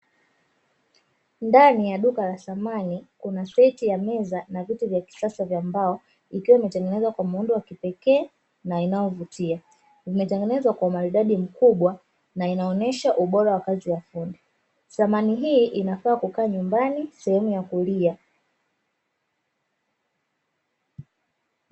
Ndani ya duka la thamani kuna seti ya meza na viti vya kisasa vya mbao, ikiwa imetengenezwa kwa muundo wa kipekee na inayovutia. Vimetengenezwa kwa umaridadi mkubwa na inaonyesha ubora wa kazi ya fundi. Thamani hii inafaa kukaa nyumbani sehemu ya kulia.